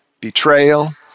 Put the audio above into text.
betrayal